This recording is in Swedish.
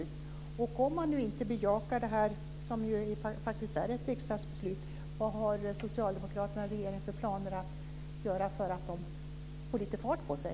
Vad har socialdemokraterna och regeringen för planer om man inte bejakar det här, som ju faktiskt är ett riksdagsbeslut, för att man ska få lite fart på sig?